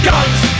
Guns